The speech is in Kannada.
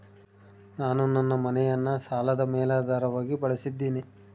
ನಾನು ನನ್ನ ಮನೆಯನ್ನ ಸಾಲದ ಮೇಲಾಧಾರವಾಗಿ ಬಳಸಿದ್ದಿನಿ